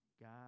God